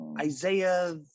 Isaiah